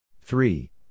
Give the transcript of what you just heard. three